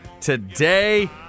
today